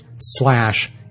slash